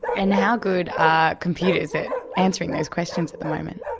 and how good are computers at answering those questions at the moment?